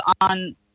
on